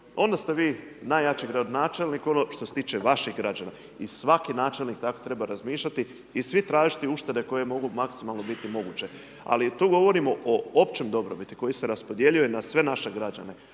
onda ste vi najjači gradonačelnik što se tiče vaših građana i svaki načelnik tako treba razmišljati i svi tražiti uštede koje mogu maksimalno biti moguće. Ali tu govorimo o općoj dobrobiti koja se raspodjeljuje na sve naše građane.